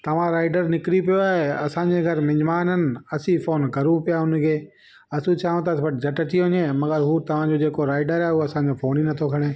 तव्हां राइडर निकिरी पियो आहे असांजे घर मिजमान आहिनो असां फोन करूं पिया उनखे असां चाहूं था झटि अची वञे मगर हूं तव्हांजो जेको राइडर आहे उहो असांजो फोन ई न थो खणे